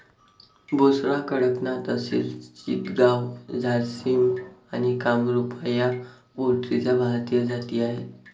बुसरा, कडकनाथ, असिल चितगाव, झारसिम आणि कामरूपा या पोल्ट्रीच्या भारतीय जाती आहेत